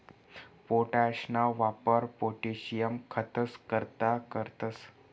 पोटाशना वापर पोटाशियम खतंस करता करतंस